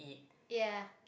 ya